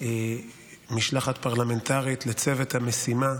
משלחת פרלמנטרית לצוות המשימה